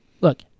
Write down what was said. look